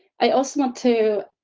i also want to.